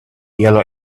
yellow